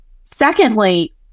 Secondly